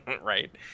right